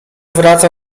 wraca